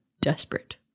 desperate